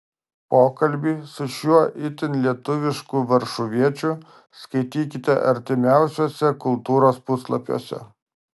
pokalbį su šiuo itin lietuvišku varšuviečiu skaitykite artimiausiuose kultūros puslapiuose